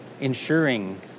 Ensuring